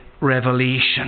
Revelation